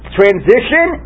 transition